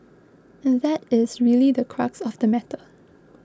and that is really the crux of the matter